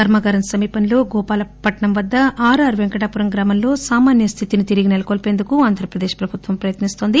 కర్మాగారం సమీపంలో గోపాలపట్సం వద్ద ఆర్ఆర్ పెంకటాపురం గ్రామంలో సామాన్య స్థితిని తిరిగి సెలకొల్పేందుకు ఆంధ్రప్రదేశ్ ప్రభుత్వం ప్రయత్నిస్తుంది